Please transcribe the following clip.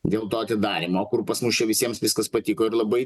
dėl to atidarymo kur pas mus čia visiems viskas patiko ir labai